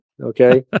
Okay